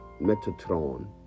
Metatron